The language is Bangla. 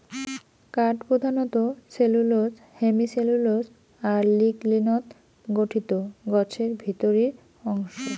কাঠ প্রধানত সেলুলোস, হেমিসেলুলোস আর লিগলিনত গঠিত গছের ভিতরির অংশ